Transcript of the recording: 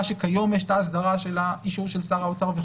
שכיום יש את ההסדרה של האישור של שר האוצר.